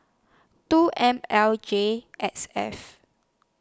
two M L J X F